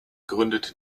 gründete